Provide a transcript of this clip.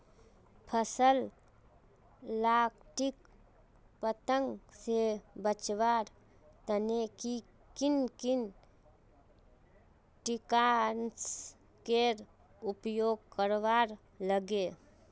फसल लाक किट पतंग से बचवार तने किन किन कीटनाशकेर उपयोग करवार लगे?